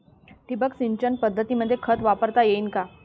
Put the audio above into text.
ठिबक सिंचन पद्धतीमंदी खत वापरता येईन का?